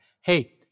Hey